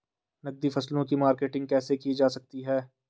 नकदी फसलों की मार्केटिंग कैसे की जा सकती है?